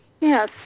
Yes